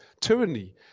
tyranny